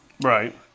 Right